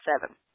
seven